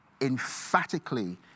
emphatically